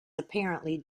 apparently